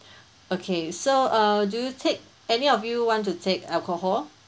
okay so uh do you take any of you want to take alcohol